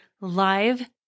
live